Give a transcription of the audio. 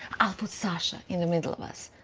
i'll put sasha in the middle of us.